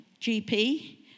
GP